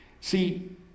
See